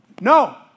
No